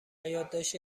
یادداشتی